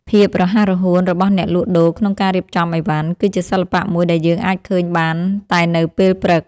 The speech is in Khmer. ភាពរហ័សរហួនរបស់អ្នកលក់ដូរក្នុងការរៀបចំឥវ៉ាន់ គឺជាសិល្បៈមួយដែលយើងអាចឃើញបានតែនៅពេលព្រឹក។